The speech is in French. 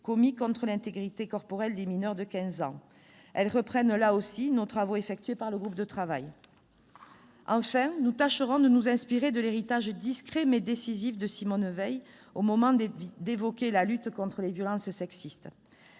commis contre l'intégrité corporelle des mineurs de quinze ans, qui reprennent, là aussi, les travaux effectués par notre groupe de travail. Enfin, nous tâcherons de nous inspirer de l'héritage discret, mais décisif, de Simone Veil au moment d'évoquer la lutte contre les violences sexistes.